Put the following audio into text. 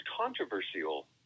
controversial